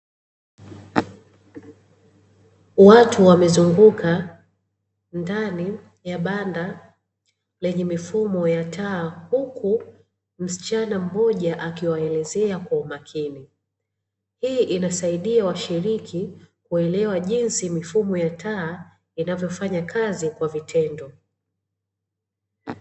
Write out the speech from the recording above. watu wamezunguka ndani ya banda lenye mifumo ya taa huku msichana mmoja akiwaelezea kwa umakini, hii inasaidia washiriki kuelewa jinsi mifumo ya taa inavyofanya kazi kwa vitendo.